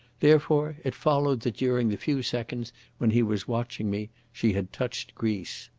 therefore it followed that during the few seconds when he was watching me she had touched grease.